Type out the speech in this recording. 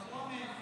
הוא גרוע מאפס.